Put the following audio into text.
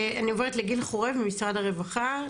אני עוברת לגיל חורב ממשרד הרווחה.